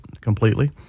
completely